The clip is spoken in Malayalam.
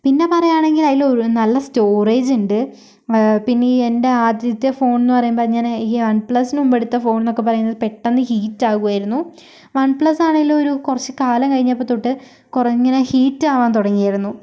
പിന്നെ പറയുകയാണെങ്കിൽ അതിൽ നല്ല സ്റ്റോറേജ് ഉണ്ട് പിന്നെ ഈ എൻ്റെ ആദ്യത്തെ ഫോൺ എന്ന് പറയുമ്പോൾ ഇങ്ങനെ ഈ വൺ പ്ലസിന് മുമ്പെടുത്ത ഫോൺ എന്നക്കെ പറയുന്നത് പെട്ടന്ന് ഹീറ്റാകുമായിരുന്നു വൺ പ്ലസാണെങ്കിലും ഒരു കുറച്ച് കാലം കഴിഞ്ഞപ്പോൾ തൊട്ട് കുറേ ഇങ്ങനെ ഹീറ്റാവാൻ തുടങ്ങിയിരുന്നു